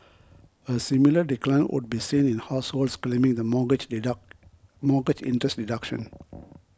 a similar decline would be seen in households claiming the mortgage mortgage interest deduction